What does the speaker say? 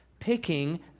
picking